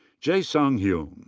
jae-sang hyun.